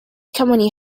company